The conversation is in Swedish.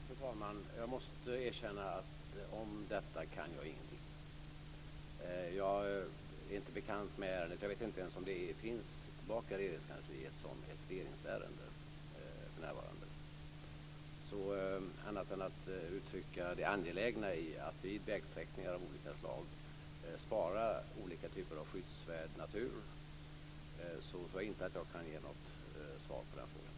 Fru talman! Jag måste erkänna att om detta kan jag ingenting. Jag är inte bekant med ärendet och vet inte ens om det kommit tillbaka till Regeringskansliet som ett regeringsärende för närvarande. Annat än att uttrycka det angelägna i att vid vägsträckningar av olika slag spara olika typer av skyddsvärd natur, tror jag inte att jag kan ge något svar på frågan.